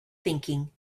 thinking